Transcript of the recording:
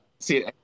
See